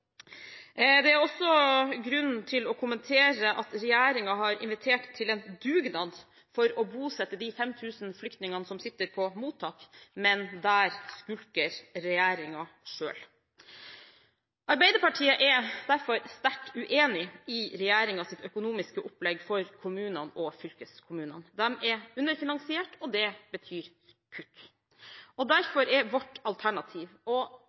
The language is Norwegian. Det er også grunn til å kommentere at regjeringen har invitert til en dugnad for å bosette de 5 000 flyktningene som sitter i mottak, men der skulker regjeringen selv. Arbeiderpartiet er derfor sterkt uenig i regjeringens økonomiske opplegg for kommunene og fylkeskommunene. De er underfinansiert, og det betyr kutt. Derfor er vårt alternativ for det første å betale hele barnehageregningen, og